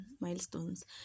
milestones